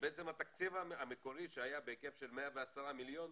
שבעצם התקציב המקורי, שהיה בהיקף של 110 מיליון,